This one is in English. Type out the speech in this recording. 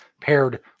paired